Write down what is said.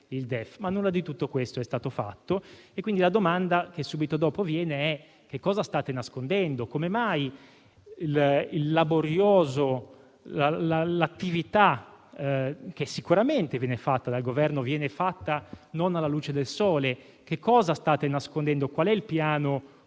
ma nulla di tutto questo è stato fatto. Quindi, la domanda che segue immediatamente è: che cosa state nascondendo. Come mai l'attività, che sicuramente viene fatta dal Governo, viene fatta non alla luce del sole. Che cosa state nascondendo? Qual è il piano